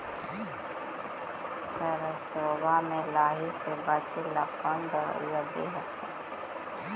सरसोबा मे लाहि से बाचबे ले कौन दबइया दे हखिन?